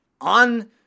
On